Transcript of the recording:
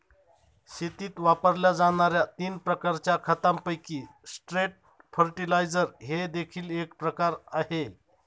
शेतीत वापरल्या जाणार्या तीन प्रकारच्या खतांपैकी स्ट्रेट फर्टिलाइजर हे देखील एक प्रकार आहे